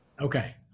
okay